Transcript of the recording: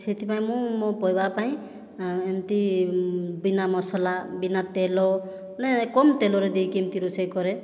ସେଥିପାଇଁ ମୁଁ ମୋ' ପରିବାର ପାଇଁ ଏମିତି ବିନା ମସଲା ବିନା ତେଲ ମାନେ କମ୍ ତେଲରେ ଦେଇକି ଏମିତି ରୋଷେଇ କରେ